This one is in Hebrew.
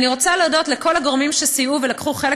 אני רוצה להודות לכל הגורמים שסייעו ולקחו חלק